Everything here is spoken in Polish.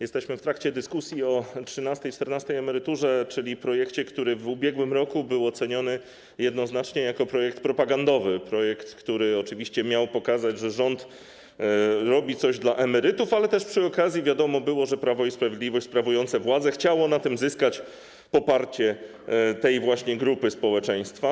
Jesteśmy w trakcie dyskusji o trzynastej, czternastej emeryturze, czyli projekcie, który w ubiegłym roku był oceniony jednoznacznie jako projekt propagandowy, projekt, który oczywiście miał pokazać, że rząd robi coś dla emerytów, ale też przy okazji wiadomo było, że Prawo i Sprawiedliwość sprawujące władzę chciało na tym zyskać poparcie tej właśnie grupy społeczeństwa.